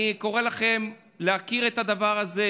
אני קורא לכם להכיר את הדבר הזה,